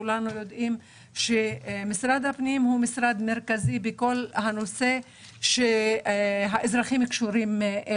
ידוע שמשרד הפנים מטפל בהרבה נושאים אזרחיים.